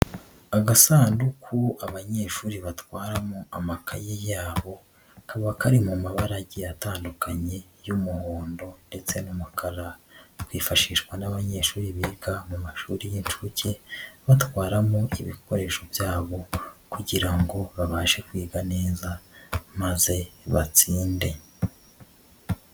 Agasanduku abanyeshuri batwaramo amakaye yabo, kaba kari mu mabarage atandukanye y'umuhondo ndetse n'amakara, kifashishwa n'abanyeshuri biga mu mashuri y'inshuke, batwaramo ibikoresho byabo kugira ngo babashe kwiga neza maze batsinde.